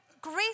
grief